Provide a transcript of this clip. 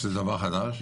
שזה דבר חדש?